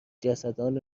جسدان